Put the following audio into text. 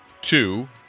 two